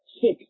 Six